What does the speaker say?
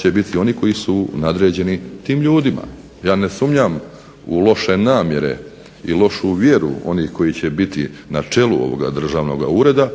će biti oni koji su nadređeni tim ljudima. Ja ne sumnjam u loše namjere i lošu vjeru onih koji će biti na čelu ovoga državnoga ureda,